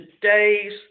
today's